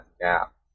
gap